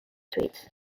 suites